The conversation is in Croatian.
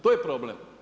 To je problem.